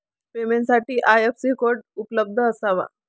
पेमेंटसाठी IFSC code उपलब्ध असावा